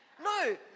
No